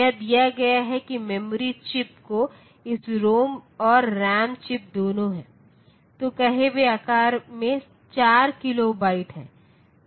यह दिया गया है कि मेमोरी चिप जो इस रोम और रैम चिप्स दोनों है तो कहे वे आकार में 4 किलोबाइट हैं